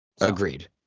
Agreed